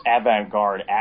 avant-garde